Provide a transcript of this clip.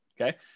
okay